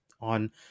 on